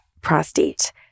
prostate